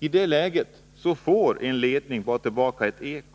I det läget får som sagt en ledning bara tillbaka ett eko.